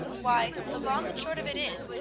why, the long and short of it is,